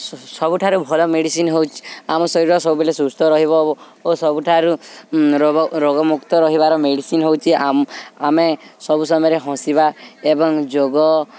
ସ ସବୁଠାରୁ ଭଲ ମେଡ଼ିସିନ୍ ହେଉଛି ଆମ ଶରୀର ସବୁବେଳେ ସୁସ୍ଥ ରହିବ ଓ ଓ ସବୁଠାରୁ ରୋଗ ରୋଗମୁକ୍ତ ରହିବାର ମେଡ଼ିସିନ୍ ହେଉଛି ଆମ୍ ଆମେ ସବୁ ସମୟରେ ହସିବା ଏବଂ ଯୋଗ